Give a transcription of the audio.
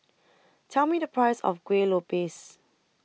Tell Me The Price of Kuih Lopes